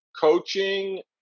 coaching